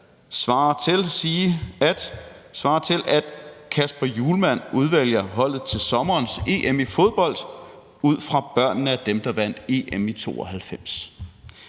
svare til, at Kasper Hjulmand udvalgte holdet til sommerens EM i fodbold ud fra børnene til dem, der vandt EM i 1992.